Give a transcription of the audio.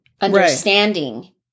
understanding